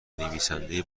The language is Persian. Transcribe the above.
نویسنده